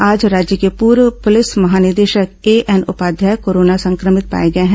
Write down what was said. आज राज्य के पूर्व प्रलिस महानिदेशक एएन उपाध्याय कोरोना संक्रमित पाए गए हैं